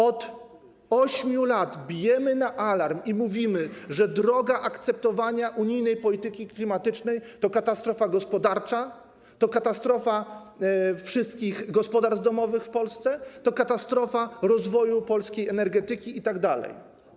Od 8 lat bijemy na alarm i mówimy, że droga akceptowania unijnej polityki klimatycznej to katastrofa gospodarcza, to katastrofa wszystkich gospodarstw domowych w Polsce, to katastrofa, jeśli chodzi o rozwój polskiej energetyki itd.